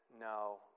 No